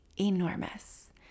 enormous